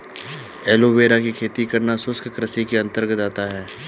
aloe vera की खेती करना शुष्क कृषि के अंतर्गत आता है